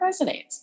resonates